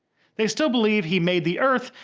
they still believe he made the earth,